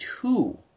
two